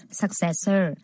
successor